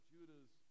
Judah's